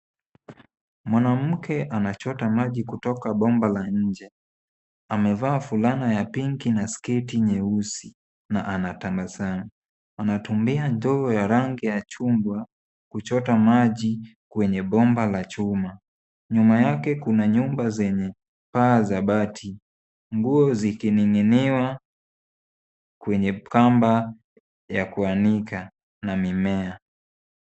Mwanamke anachota maji kutoka bomba la nje. Amevaa fulana ya [C]pinki[c] na sketi nyeusi na anatabasamu. Anatumia ndoo ya rangi ya chungwa kuchota maji kwenye bomba la chuma. Nyuma yake kuna nyumba zenye paa za bati. Nguo zikining'inia kwenye kamba za kuanika na mimea.